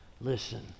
listen